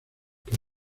que